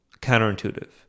counterintuitive